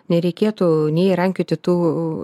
nereikėtų nei rankioti tų